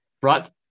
brought